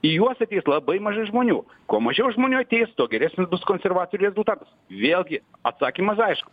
į juos ateis labai mažai žmonių kuo mažiau žmonių ateis tuo geresnis bus konservatorių rezultatas vėlgi atsakymas aiškus